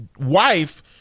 wife